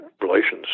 relations